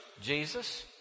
Jesus